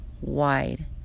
wide